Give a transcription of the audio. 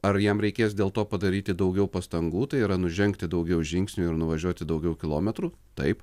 ar jam reikės dėl to padaryti daugiau pastangų tai yra nužengti daugiau žingsnių ir nuvažiuoti daugiau kilometrų taip